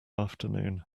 afternoon